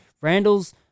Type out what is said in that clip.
Randall's